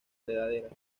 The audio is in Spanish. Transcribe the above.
enredaderas